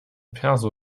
perso